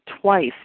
twice